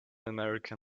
american